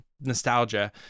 nostalgia